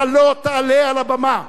אתה לא תעלה על הבמה.